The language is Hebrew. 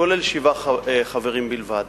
הוא כולל שבעה חברים בלבד.